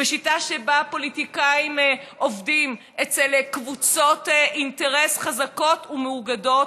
שיטה שבה פוליטיקאים עובדים אצל קבוצות אינטרס חזקות ומאוגדות,